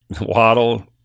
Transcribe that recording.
Waddle